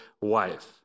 wife